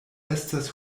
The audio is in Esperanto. estas